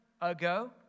ago